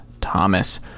Thomas